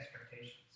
expectations